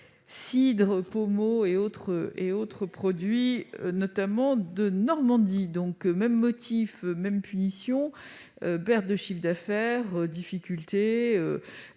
cidre, le pommeau et autres produits de Normandie. Même motif, même punition : perte de chiffre d'affaires, difficultés,